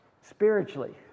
spiritually